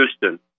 houston